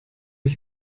ich